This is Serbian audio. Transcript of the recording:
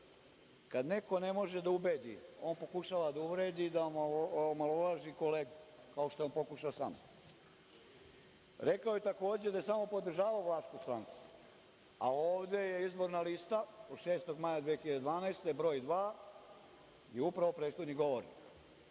kad neko ne može da ubedi, on pokušava da uvredi i da omalovaži kolegu, kao što je pokušao sa mnom. Rekao je takođe, da je samo podržavamo vašu stranku, a ovde je izborna lista od 6. maja 2012, broj dva je upravo prethodni govornik.